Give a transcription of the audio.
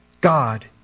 God